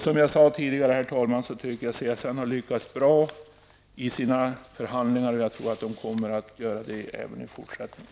Som jag sade tidigare tycker jag att CSN har lyckats bra i sina förhandlingar, och jag tror att man kommer att göra det även i fortsättningen.